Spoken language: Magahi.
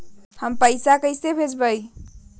हम पैसा कईसे भेजबई?